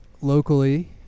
locally